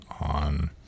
on